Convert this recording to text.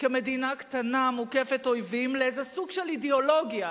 כמדינה קטנה מוקפת אויבים לאיזה סוג של אידיאולוגיה,